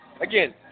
again